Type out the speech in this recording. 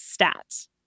stats